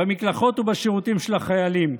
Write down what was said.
במקלחות ובשירותים של החיילים.